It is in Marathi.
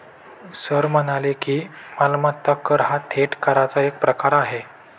सर म्हणाले की, मालमत्ता कर हा थेट कराचा एक प्रकार आहे